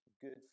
good